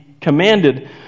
commanded